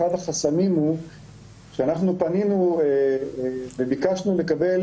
אחד החסמים הוא שאנחנו פנינו וביקשנו לקבל